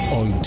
on